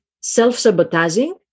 self-sabotaging